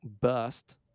bust